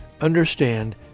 Understand